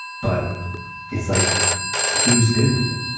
but it's like he was good with it